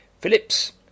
Phillips